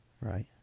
Right